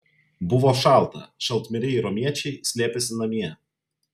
buvo šalta šaltmiriai romiečiai slėpėsi namie